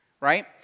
right